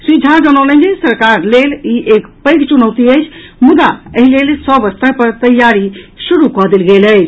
श्री झा जनौलनि जे सरकार लेल ई एक पैघ चुनौती अछि मुदा एहि लेल सभ स्तर पर तैयारी शुरू कऽ देल गेल अछि